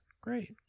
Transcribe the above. Great